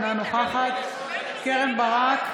אינה נוכחת קרן ברק,